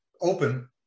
open